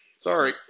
Sorry